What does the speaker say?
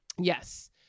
Yes